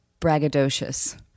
braggadocious